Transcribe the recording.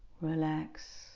relax